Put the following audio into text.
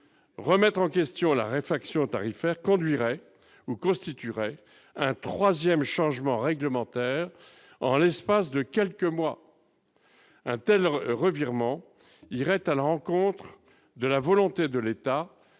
remettre en question la réflexion tarifaire conduirait ou constituerait un 3ème changement réglementaire, en l'espace de quelques mois un Taylor revirement irait à l'encontre de la volonté de l'État